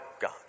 God